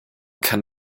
kann